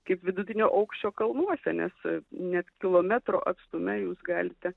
kaip vidutinio aukščio kalnuose nes net kilometro atstume jūs galite